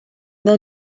the